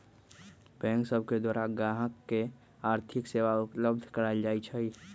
bank सब के द्वारा गाहक के आर्थिक सेवा उपलब्ध कराएल जाइ छइ